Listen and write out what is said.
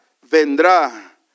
vendrá